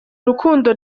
rukundo